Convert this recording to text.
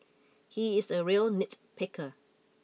he is a real nitpicker